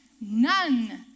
none